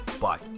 Bye